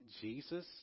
Jesus